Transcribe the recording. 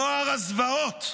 נוער הזוועות,